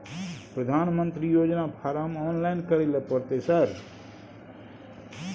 प्रधानमंत्री योजना form online करैले परतै सर?